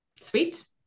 Sweet